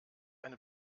eine